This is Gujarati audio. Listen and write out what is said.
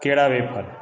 કેળાં વેફર